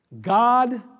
God